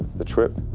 the trip.